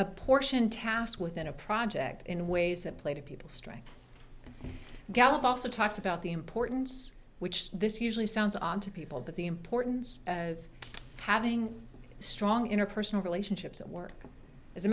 apportion tasks within a project in ways that play to people strengths gallup also talks about the importance which this usually sounds on to people but the importance of having strong interpersonal relationships at work as a